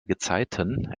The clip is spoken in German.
gezeiten